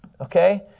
Okay